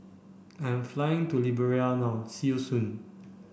I am flying to Liberia now see you soon